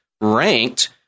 ranked